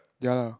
ya lah